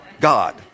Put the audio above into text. God